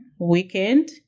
weekend